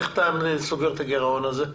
איך אתה סוגר את הגירעון הזה?